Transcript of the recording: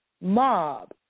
mob